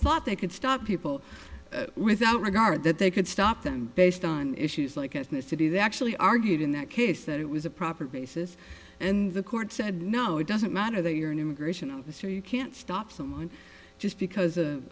thought they could stop people without regard that they could stop them based on issues like as mr do they actually argued in that case that it was a proper basis and the court said no it doesn't matter that you're an immigration officer you can't stop someone just because of